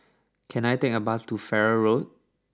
can I take a bus to Farrer Road